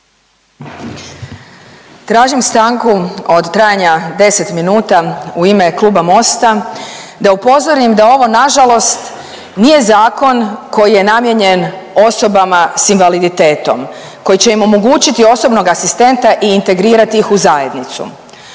Tražim stanku od trajanja 10 minuta u ime Kluba Mosta da upozorim da ovo nažalost nije zakon koji je namijenjen osobama s invaliditetom, koji će im omogućiti osobnog asistenta i integrirati iz u zajednicu.